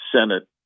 Senate